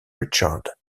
richard